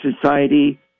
society